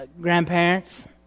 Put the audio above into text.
grandparents